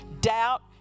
Doubt